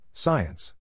Science